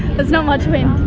there's not much wind.